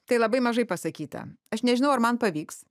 tai labai mažai pasakyta aš nežinau ar man pavyks